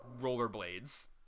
rollerblades